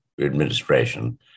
administration